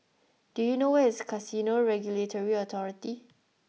do you know where is Casino Regulatory Authority